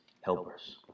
helpers